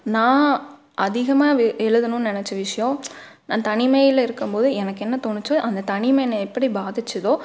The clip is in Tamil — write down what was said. நான் அதிகமாக வா எழுதனுன்னு நினச்ச விஷயம் நான் தனிமையில் இருக்கும் போது எனக்கு என்ன தோணுச்சோ அந்த தனிமை என்ன எப்படி பாதிச்சதோ